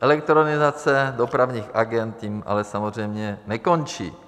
Elektronizace dopravních agend tím ale samozřejmě nekončí.